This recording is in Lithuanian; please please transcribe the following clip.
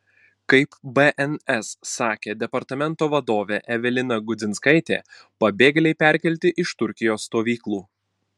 kaip bns sakė departamento vadovė evelina gudzinskaitė pabėgėliai perkelti iš turkijos stovyklų